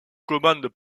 commandent